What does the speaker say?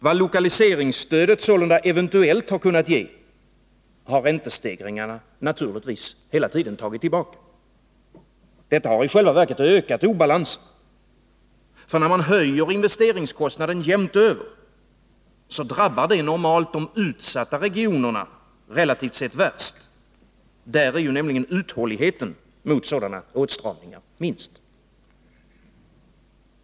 Vad lokaliseringsstödet sålunda eventuellt kunnat ge, har räntestegringarna naturligtvis hela tiden tagit tillbaka. Detta har i själva verket ökat obalansen. När man höjer investeringskostnaden jämnt över, drabbar det normalt de utsatta regionerna relativt sett värst. Där är nämligen uthålligheten mot sådana åtstramningar minst.